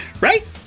Right